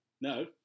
No